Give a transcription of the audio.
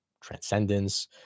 transcendence